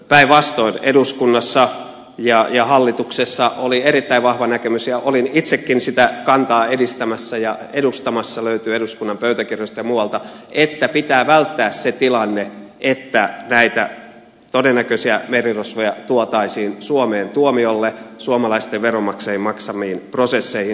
päinvastoin eduskunnassa ja hallituksessa oli erittäin vahva näkemys ja olin itsekin sitä kantaa edistämässä ja edustamassa löytyy eduskunnan pöytäkirjoista ja muualta että pitää välttää se tilanne että näitä todennäköisiä merirosvoja tuotaisiin suomeen tuomiolle suomalaisten veronmaksajien maksamiin prosesseihin